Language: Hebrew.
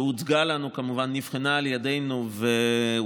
שהוצגה לנו, כמובן, נבחנה על ידנו ואושרה,